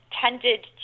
tended